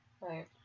Right